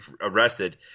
arrested